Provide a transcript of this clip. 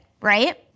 right